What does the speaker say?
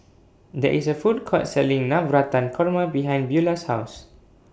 There IS A Food Court Selling Navratan Korma behind Beula's House